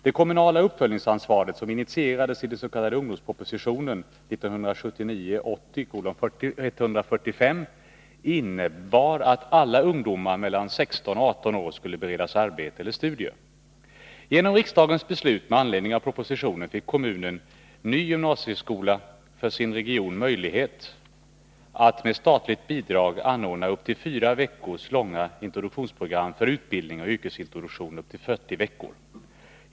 Det kommunala uppföljningsansvaret, som initierades i den s.k. ungdomspropositionen 1979/80:145, innebar att alla ungdomar mellan 16 och 18 år skulle beredas arbete eller studier. Genom riksdagens beslut med anledning av propositionen fick kommuner med gymnasieskola möjlighet att för sin region med statligt bidrag anordna upp till fyra veckors långa introduktionsprogram för utbildning och yrkesintroduktion upp till 40 veckor.